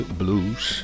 blues